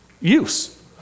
use